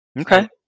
Okay